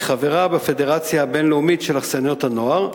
והיא חברה בפדרציה הבין-לאומית של אכסניות הנוער,